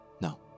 No